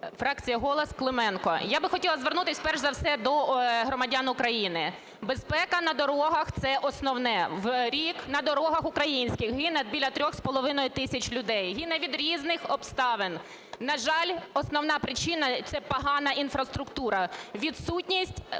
Фракція "Голос", Клименко. Я би хотіла звернутись перш за все до громадян України. Безпека на дорогах – це основне. В рік на дорогах українських гине біля 3,5 тисяч людей, гине від різних обставин. На жаль, основна причина – це погана інфраструктура, відсутність